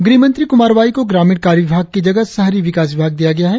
गृह मंत्री कुमार वाई को ग्रामीण कार्य विभाग की जगह शहरी विकास विभाग दिया गया है